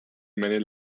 many